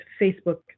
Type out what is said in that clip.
Facebook